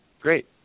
great